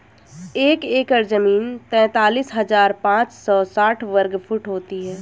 एक एकड़ जमीन तैंतालीस हजार पांच सौ साठ वर्ग फुट होती है